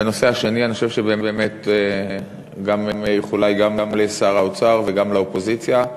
והנושא השני, איחולי גם לשר האוצר וגם לאופוזיציה.